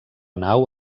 nau